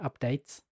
updates